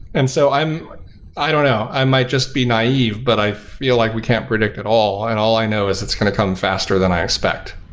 and so i don't know. i might just be naive, but i feel like we can't predict at all, and all i know is it's going to come faster than i expect.